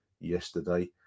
yesterday